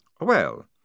Well